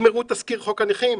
תגמרו את תזכיר חוק הנכים,